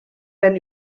wenn